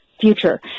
future